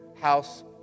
house